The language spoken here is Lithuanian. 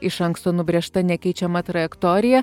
iš anksto nubrėžta nekeičiama trajektorija